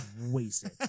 Wasted